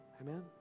Amen